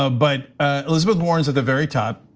ah but elizabeth warren's at the very top.